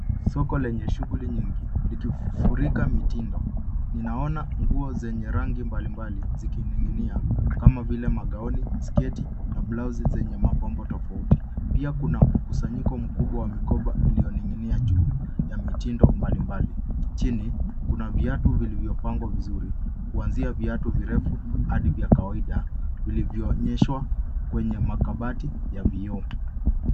Soko lenye shughuli nyingi, likifurika mitindo ,ninaona nguo zenye mitindo mbali mbali , zikininginia kama vile magauni, sketi na blauzi zenye mapambo tofauti. Pia kuna mkusanyiko mkubwa wa mikoba iliyoninginia juu ,ya mitindo mbali mbali. Chini kuna viatu vilivyopangwa vizuri, kuanzia viatu virefu hadi vya kawaida ,vilivyo onyeshwa kwenye makabati , ya vioo.